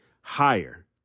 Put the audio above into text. higher